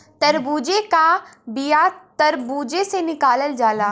तरबूजे का बिआ तर्बूजे से निकालल जाला